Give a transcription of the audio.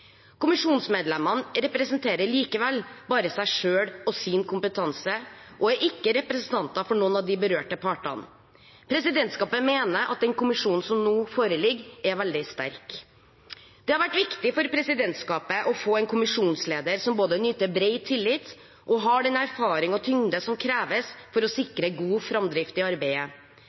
Kommisjonsmedlemmene representerer likevel bare seg selv og sin kompetanse og er ikke representanter for noen av de berørte partene. Presidentskapet mener at den kommisjonen som nå foreligger, er veldig sterk. Det har vært viktig for presidentskapet å få en kommisjonsleder som både nyter bred tillit og har den erfaring og tyngde som kreves for å sikre god framdrift i arbeidet.